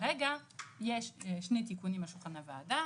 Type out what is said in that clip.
כרגע יש שני תיקונים על שולחן הוועדה.